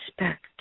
respect